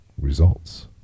results